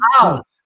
out